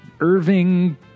Irving